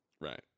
Right